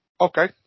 okay